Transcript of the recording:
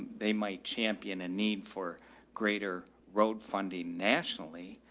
they might champion a need for greater road funding nationally,